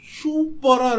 super